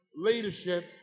leadership